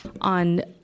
on